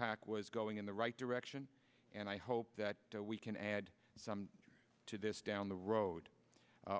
ak was going in the right direction and i hope that we can add some to this down the road